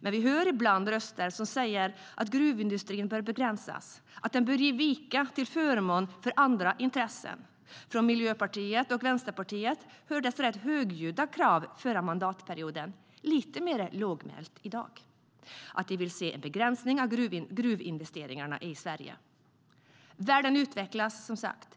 Men vi hör ibland röster som säger att gruvindustrin bör begränsas, att den bör ge vika till förmån för andra intressen. Från Miljöpartiet och Vänsterpartiet hördes rätt högljudda krav förra mandatperioden, lite mer lågmälda i dag. De vill se en begränsning av gruvinvesteringarna i Sverige. Världen utvecklas,